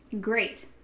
great